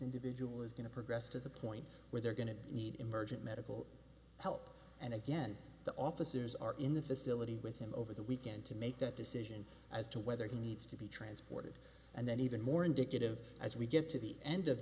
individual is going to progress to the point where they're going to need emergent medical help and again the officers are in the facility with him over the weekend to make that decision as to whether he needs to be transported and then even more indicative as we get to the end of